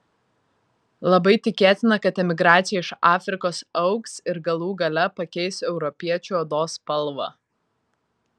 labai tikėtina kad emigracija iš afrikos augs ir galų gale pakeis europiečių odos spalvą